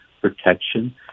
protection